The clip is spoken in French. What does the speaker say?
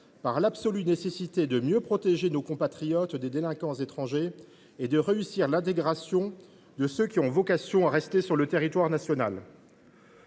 est absolument nécessaire de mieux protéger nos compatriotes des délinquants étrangers et de réussir l’intégration de ceux qui ont vocation à rester sur le territoire national.